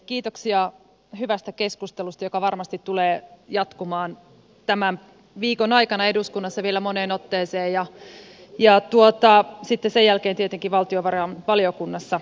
kiitoksia hyvästä keskustelusta joka varmasti tulee jatkumaan tämän viikon aikana eduskunnassa vielä moneen otteeseen ja sitten sen jälkeen tietenkin valtiovarainvaliokunnassa